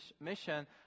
mission